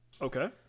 Okay